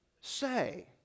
say